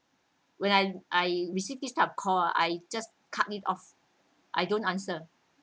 when I I receive this type of call I just cut it off I don't answer